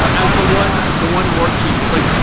as the one the one war chief is like,